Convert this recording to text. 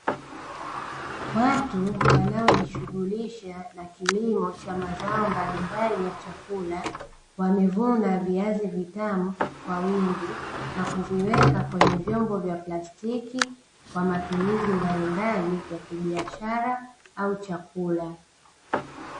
Watu wanaojishughulisha na kilimo cha mazao mbalimbali ya chakula, wamevuna viazi vitamu kwa wingi na kuviweka kwenye vyombo vya plastiki kwa matumizi mbalimbali ya kibiashara au chakula.